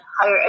higher